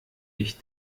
ich